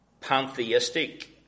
pantheistic